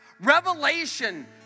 Revelation